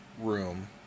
room